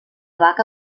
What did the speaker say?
vaca